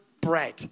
bread